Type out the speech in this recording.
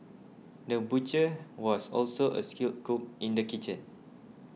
the butcher was also a skilled cook in the kitchen